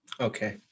Okay